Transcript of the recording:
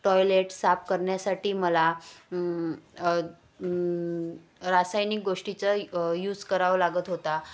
toilet साफ करण्यासाठी मला रासायनिक गोष्टीचा यूज करावं लागत होता